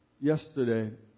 Yesterday